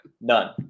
None